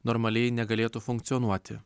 normaliai negalėtų funkcionuoti